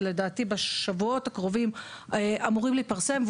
ולדעתי בשבועות הקרובים אמורים להתפרסם,